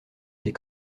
des